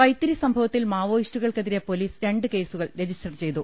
വൈത്തിരി സംഭവത്തിൽ മാവോയിസ്റ്റുകൾക്കെതിരെ പൊലീസ് രണ്ട് കേസുകൾ രജിസ്റ്റർ ചെയ്തു